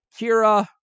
kira